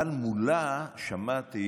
אבל מולה שמעתי